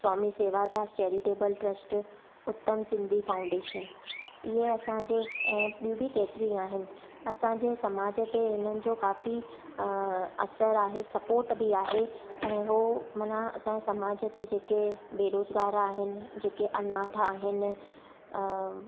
Swami Sevadas charitable trust Uttam Sindhi foundation इहे असांजी ऐं ॿियूं बि केतरियूं आहिनि असांजे समाज ते हिननि जो काफ़ी असरु आहे सपोट बि आहे ऐं उहे माना असांजे समाज ते जेके बेरोज़गार आहिनि जेके अनाथ आहिनि